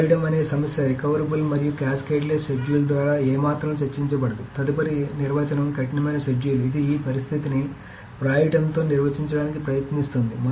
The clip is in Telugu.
వ్రాయడం అనే సమస్య రికవబుల్ మరియు క్యాస్కేడ్లెస్ షెడ్యూల్ ద్వారా ఏమాత్రం చర్చించబడదు తదుపరి నిర్వచనం కఠినమైన షెడ్యూల్ ఇది ఈ పరిస్థితిని వ్రాయడంతో నిర్వహించడానికి ప్రయత్నిస్తుంది